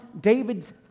David's